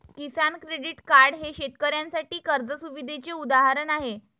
किसान credit card हे शेतकऱ्यांसाठी कर्ज सुविधेचे उदाहरण आहे